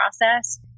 process